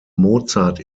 mozart